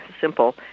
simple